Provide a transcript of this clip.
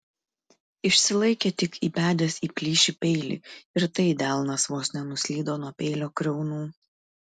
išsilaikė tik įbedęs į plyšį peilį ir tai delnas vos nenuslydo nuo peilio kriaunų